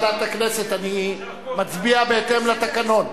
יושב-ראש ועדת הכנסת, אני מצביע בהתאם לתקנון.